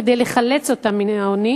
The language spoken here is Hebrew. כדי לחלץ אותן מן העוני.